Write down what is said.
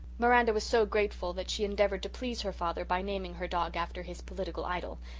miranda was so grateful that she endeavoured to please her father by naming her dog after his political idol,